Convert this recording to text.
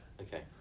Okay